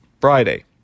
Friday